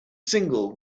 single